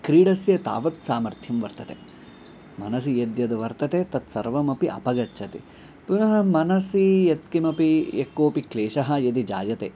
क्रीडस्य तावत् सामर्थ्यं वर्तते मनसि यद् यद् वर्तते तत् सर्वमपि अपगच्छति पुनः मनसि यत्किमपि यक्कोऽपि क्लेशः यदि जायते